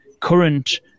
current